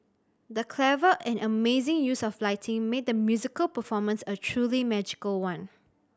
the clever and amazing use of lighting made the musical performance a truly magical one